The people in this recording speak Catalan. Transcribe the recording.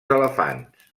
elefants